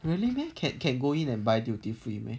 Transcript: really meh can can go in and buy duty free meh